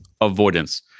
avoidance